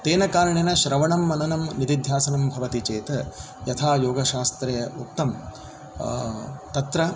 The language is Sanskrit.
तेन कारणेन श्रवणं मननं निधिध्यासनं भवति चेत् यथा योगशास्त्रे उक्तं तत्र